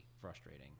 frustrating